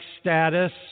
status